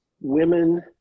women